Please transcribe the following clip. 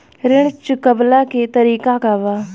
ऋण चुकव्ला के तरीका का बा?